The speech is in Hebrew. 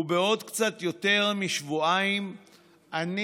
ובעוד קצת יותר משבועיים אני,